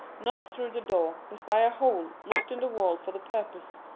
not through the door, but by a hole knocked in the wall for the purpose,